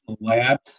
labs